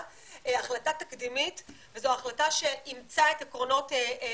החלטה תקדימית וזו החלטה שאימצה את העקרונות